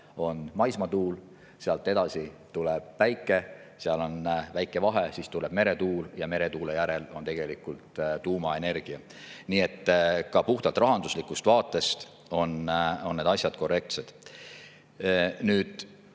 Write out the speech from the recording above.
on maismaatuul, sealt edasi tuleb päike, seal on väike vahe, siis tuleb meretuul ja meretuule järel on tegelikult tuumaenergia. Nii et ka puhtalt rahanduslikust vaatest on need asjad korrektsed. See